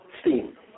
steam